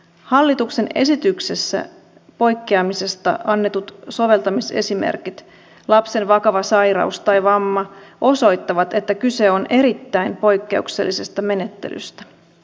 hallituksen esityksessä poikkeamisesta annetut soveltamisesimerkit lapsen vakava sairaus tai vamma osoittavat että kyse on erittäin poikkeuksellisesta menettelystä